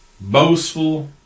boastful